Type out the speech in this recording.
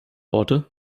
orte